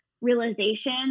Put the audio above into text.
realization